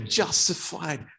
justified